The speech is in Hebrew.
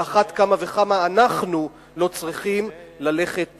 על אחת כמה וכמה אנחנו לא צריכים ללכת